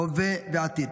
הווה ועתיד.